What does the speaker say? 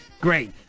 Great